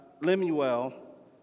Lemuel